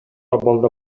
абалда